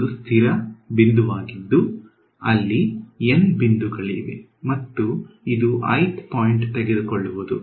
ಒಂದು ಸ್ಥಿರ ಬಿಂದುವಾಗಿದ್ದು ಅಲ್ಲಿ N ಬಿಂದುಗಳಿವೆ ಮತ್ತು ಇದು i th ಪಾಯಿಂಟ್ ತೆಗೆದುಕೊಳ್ಳುವುದು